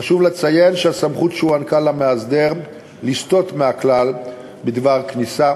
חשוב לציין שהסמכות שניתנה למאסדר לסטות מהכלל בדבר כניסה